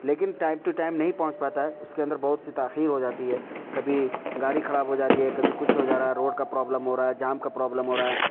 لیکن time to time نہیں پہنچ پاتا ہے اس کے اندر بہت سی تاخیر ہو جاتی ہے کبھی گاڑی خراب ہو جا رہی ہے کبھی کچھ ہو جا رہا ہے روڈ کا پرابلم ہو رہا ہے جام کا پرابلم ہو رہا ہے